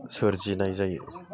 सोरजिनाय जायो